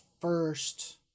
first